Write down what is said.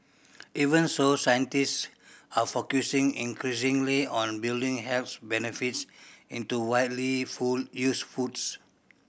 even so scientist are focusing increasingly on building health benefits into widely used foods